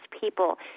people